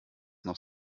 noch